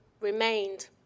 remained